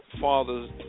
Father's